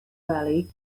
valley